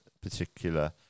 particular